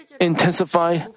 intensify